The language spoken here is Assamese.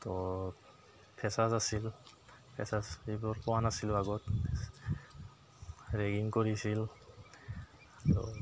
তো ফেচাৰ্জ আছিল ফেচাৰ্জ এইবোৰ পোৱা নাছিলোঁ আগত ৰেগিং কৰিছিল ত'